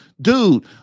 dude